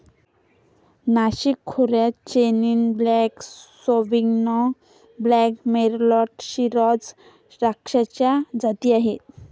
नाशिक खोऱ्यात chenin blanc, sauvignon blanc, merlot, shiraz द्राक्षाच्या जाती आहेत